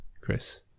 Chris